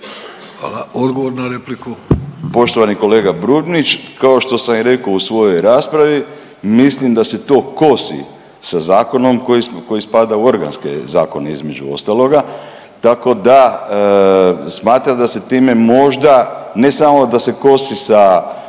(Nezavisni)** Poštovani kolega Brumnić, kao što sam i rekao u svojoj raspravi mislim da se to kosi sa zakonom koji spada u organske zakone između ostaloga, tako da smatram da se time možda ne samo da se kosi sa važećim